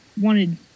wanted